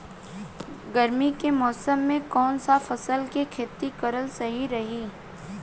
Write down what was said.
गर्मी के मौषम मे कौन सा फसल के खेती करल सही रही?